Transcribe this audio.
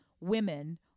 women